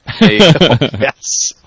Yes